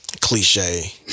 cliche